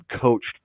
coached